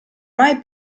mai